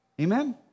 Amen